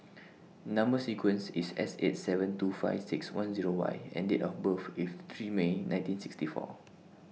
Number sequence IS S eight seven two five six one Zero Y and Date of birth IS three May nineteen sixty four